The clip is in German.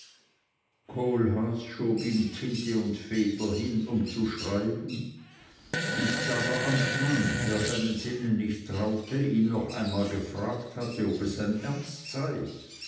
tinte und feder hin um zu schreiben und da der amtmann der seinen sinnen nicht traute ihn noch einmal gefragt hatte ob es sein ernst sei